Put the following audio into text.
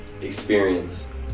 experience